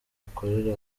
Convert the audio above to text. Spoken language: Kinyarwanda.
akorera